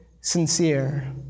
sincere